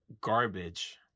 garbage